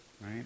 right